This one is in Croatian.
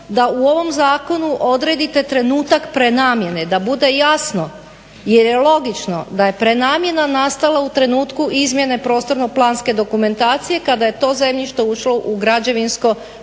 da u ovom zakonu odredite trenutak prenamjene da bude jasno jer je logično da je prenamjena nastala u trenutku izmjenu prostorno planske dokumentacije kada je to zemljište ušlo u građevinsko područje,